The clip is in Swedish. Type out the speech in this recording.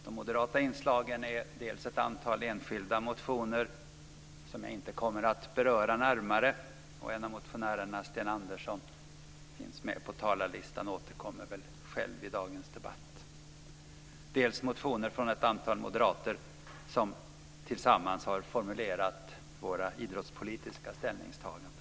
De moderata inslagen är dels ett antal enskilda motioner som jag inte kommer att beröra närmare - motionären Sten Andersson finns med på talarlistan och återkommer själv i dagens debatt - dels motioner från ett antal moderater som tillsammans har formulerat våra idrottspolitiska ställningstaganden.